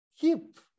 keep